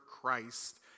Christ